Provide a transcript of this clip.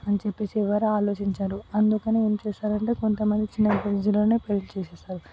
అని చెప్పేసి ఎవరు ఆలోచించేవారు అందుకనే ఏం చేస్తారంటే కొంతమంది చిన్న ఏజ్ లోనే పెళ్ళి చేసేస్తారు